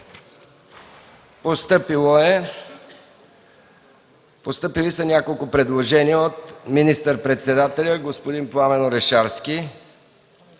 БЪЛГАРИЯ. Постъпили са няколко предложения от министър-председателя господин Пламен Орешарски.